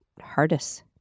hardest